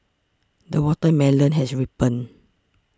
the watermelon has ripened